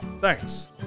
thanks